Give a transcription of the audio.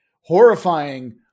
horrifying